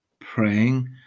praying